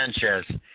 Sanchez